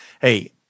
hey